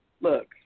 Look